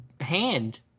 hand